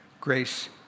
grace